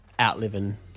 outliving